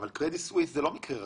אבל קרדיט סוויס זה לא מקרה רגיל.